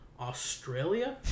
Australia